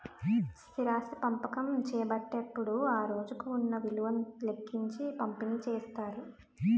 స్థిరాస్తి పంపకం చేపట్టేటప్పుడు ఆ రోజుకు ఉన్న విలువను లెక్కించి పంపిణీ చేస్తారు